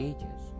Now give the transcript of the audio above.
Ages